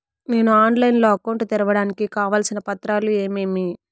నేను ఆన్లైన్ లో అకౌంట్ తెరవడానికి కావాల్సిన పత్రాలు ఏమేమి?